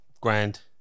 Grand